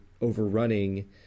overrunning